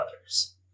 others